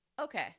Okay